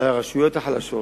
לרשויות החלשות